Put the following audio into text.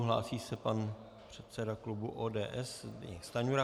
Hlásí se pan předseda klubu ODS Zbyněk Stanjura.